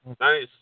nice